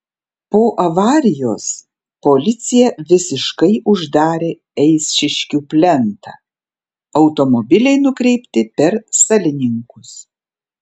po avarijos policija visiškai uždarė eišiškių plentą automobiliai nukreipti per salininkus